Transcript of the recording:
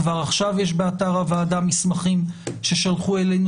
כבר עכשיו יש באתר הוועדה מסמכים ששלחו אלינו